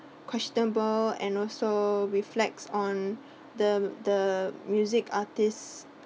questionable and also reflects on the the music artist